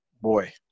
Boy